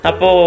Apo